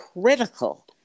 critical